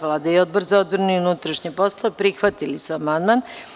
Vlada i Odbor za odbranu i unutrašnje poslove prihvatili su amandman.